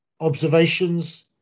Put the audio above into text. observations